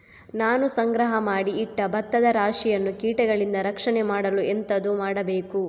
ನಾನು ಸಂಗ್ರಹ ಮಾಡಿ ಇಟ್ಟ ಭತ್ತದ ರಾಶಿಯನ್ನು ಕೀಟಗಳಿಂದ ರಕ್ಷಣೆ ಮಾಡಲು ಎಂತದು ಮಾಡಬೇಕು?